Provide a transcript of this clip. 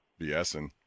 BSing